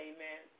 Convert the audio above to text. Amen